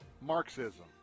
Marxism